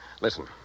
Listen